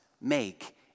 make